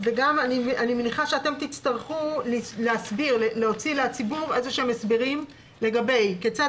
אני מניחה שאתם תצטרכו להוציא לציבור איזה שהם הסברים לגבי כיצד